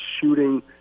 shooting –